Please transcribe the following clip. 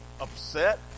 upset